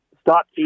stop